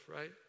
right